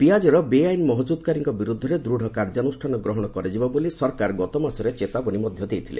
ପିଆଜର ବେଆଇନ୍ ମହଜୁଦ୍କାରୀଙ୍କ ବିରୁଦ୍ଧରେ ଦୂତ୍ କାର୍ଯ୍ୟାନୁଷ୍ଠାନ ଗ୍ରହଣ କରାଯିବ ବୋଲି ସରକାର ଗତମାସରେ ଚେତବାନୀ ମଧ୍ୟ ଦେଇଥିଲେ